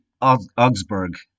Augsburg